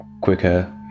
quicker